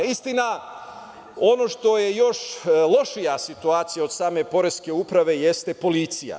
Istina, ono što je još lošija situacija od same poreske uprave jeste policija.